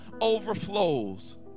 overflows